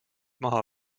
maha